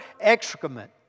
excrement